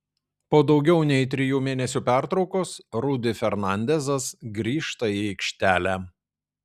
po daugiau nei trijų mėnesių pertraukos rudy fernandezas grįžta į aikštelę